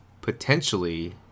Potentially